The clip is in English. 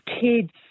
kids